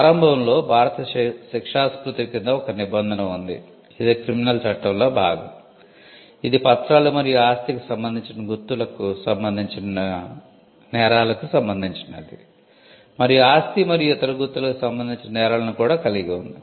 ప్రారంభంలో భారత శిక్షాస్మృతి క్రింద ఒక నిబంధన ఉంది ఇది క్రిమినల్ చట్టంలో భాగం ఇది పత్రాలు మరియు ఆస్తికి సంబందించిన గుర్తులకు సంబంధించిన నేరాలకు సంబంధించినది మరియు ఆస్తి మరియు ఇతర గుర్తులకు సంబంధించిన నేరాలను కూడా కలిగి ఉంది